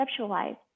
conceptualize